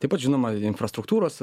taip pat žinoma infrastruktūros